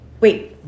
wait